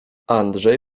andrzej